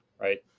right